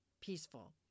peaceful